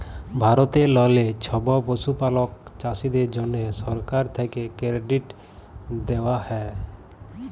ভারতেললে ছব পশুপালক চাষীদের জ্যনহে সরকার থ্যাকে কেরডিট দেওয়া হ্যয়